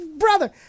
Brother